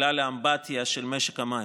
מכלל האמבטיה של משק המים.